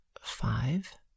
five